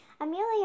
Amelia